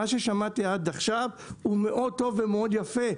ששמעתי עד עכשיו הוא מאוד טוב ומאוד יפה,